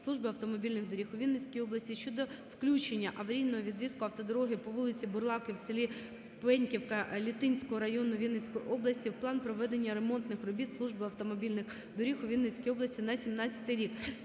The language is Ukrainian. Служби автомобільних доріг у Вінницькій області щодо включення аварійного відрізку автодороги по вулиці Бурлаки у селі Пеньківка Літинського району Вінницької області в План проведення ремонтних робіт Службою автомобільних доріг у Вінницькій області на 17-й рік.